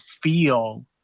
feel